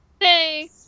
hey